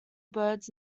birds